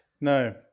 No